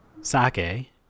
sake